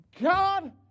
God